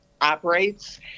operates